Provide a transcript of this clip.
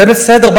זה בסדר.